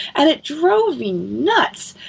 and it drove me nuts.